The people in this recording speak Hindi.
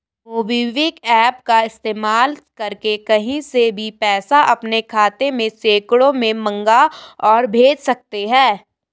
मोबिक्विक एप्प का इस्तेमाल करके कहीं से भी पैसा अपने खाते में सेकंडों में मंगा और भेज सकते हैं